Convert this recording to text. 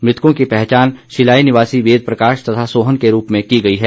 मृतकों की पहचान शिलाई निवासी वेद प्रकाश तथा सोहन के रूप में की गई है